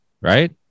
right